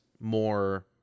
more